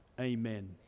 Amen